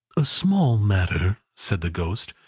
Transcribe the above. a small matter, said the ghost,